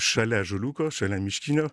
šalia ąžuoliuko šalia miškinio